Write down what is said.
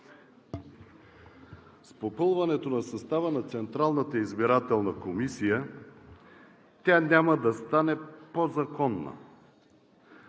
С попълването на състава на Централната избирателна комисия тя няма да стане по-законна.